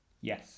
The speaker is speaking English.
Yes